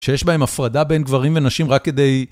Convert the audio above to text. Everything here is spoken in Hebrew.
שיש בהם הפרדה בין גברים ונשים רק כדי...